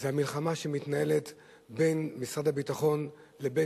זה המלחמה שמתנהלת בין משרד הביטחון לבין